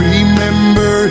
Remember